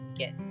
get